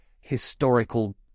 historical